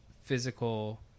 physical